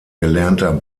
gelernter